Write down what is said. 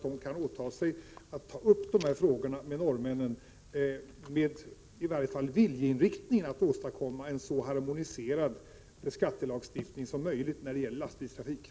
Den kan åta sig att ta upp dessa frågor med norrmännen med i varje fall viljeinriktningen att åstadkomma en så harmoniserad skattelagstiftning som möjligt när det gäller lastbilstrafiken.